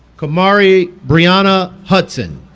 kamari briana hudson